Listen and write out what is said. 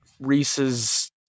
Reese's